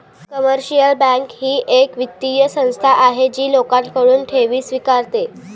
commercial bank ही एक वित्तीय संस्था आहे जी लोकांकडून ठेवी स्वीकारते